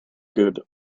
good